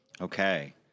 Okay